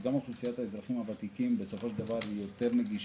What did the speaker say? אוכלוסיית האזרחים הוותיקים יותר נגישה